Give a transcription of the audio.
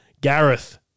Gareth